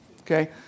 okay